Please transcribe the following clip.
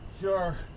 Sure